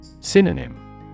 Synonym